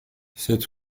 sept